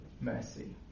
Mercy